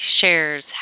shares